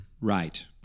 right